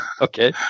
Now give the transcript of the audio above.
Okay